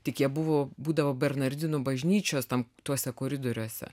tik jie buvo būdavo bernardinų bažnyčios tam tuose koridoriuose